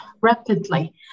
rapidly